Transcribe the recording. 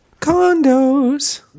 Condos